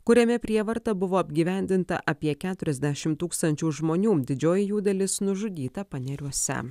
kuriame prievarta buvo apgyvendinta apie keturiasdešim tūkstančių žmonių didžioji jų dalis nužudyta paneriuose